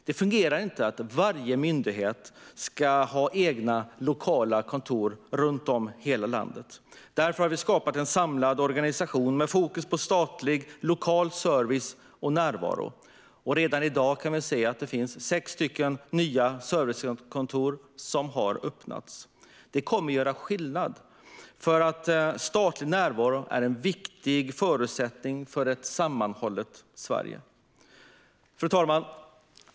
Det fungerar inte att varje myndighet ska ha egna lokala kontor runt om i hela landet. Därför har vi skapat en samlad organisation med fokus på statlig lokal service och närvaro. Redan i dag kan vi se att sex nya servicekontor har öppnats. Det kommer att göra skillnad, för statlig närvaro är en viktig förutsättning för ett sammanhållet Sverige. Fru talman!